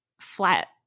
flat